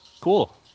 Cool